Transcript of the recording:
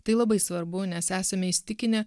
tai labai svarbu nes esame įsitikinę